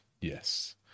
yes